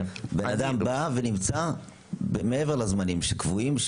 אדם בא ונמצא מעבר לזמנים שקבועים,